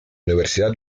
universidad